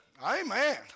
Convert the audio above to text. Amen